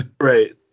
Right